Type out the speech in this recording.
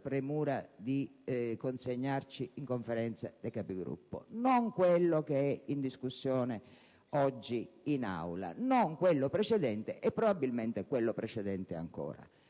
premura di consegnarci in Conferenza dei Capigruppo, non è quello che è in discussione oggi in Aula, non quello precedente; probabilmente, è quello precedente ancora.